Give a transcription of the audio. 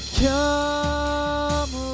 come